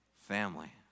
family